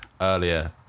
earlier